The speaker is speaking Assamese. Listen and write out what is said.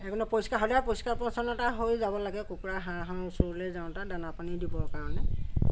সেইকাৰণে পৰিষ্কাৰ সদায় পৰিষ্কাৰ পৰিচ্ছন্নতা হৈ যাব লাগে কুকুৰা হাঁহৰ ওচৰলৈ যাওঁতে দানা পানী দিব কাৰণে